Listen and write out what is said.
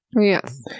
Yes